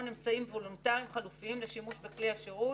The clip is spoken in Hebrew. אמצעים וולונטריים חלופיים לשימוש בכלי השירות,